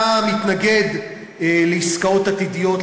אתה מתנגד לעסקאות עתידיות,